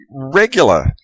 regular